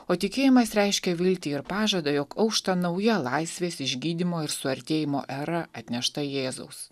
o tikėjimas reiškė viltį ir pažadą jog aušta nauja laisvės išgydymo ir suartėjimo era atnešta jėzaus